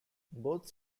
both